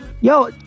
yo